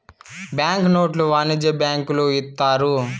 bank నోట్లు వాణిజ్య బ్యాంకులు ఇత్తాయి